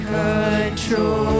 control